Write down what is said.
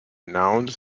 nouns